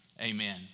amen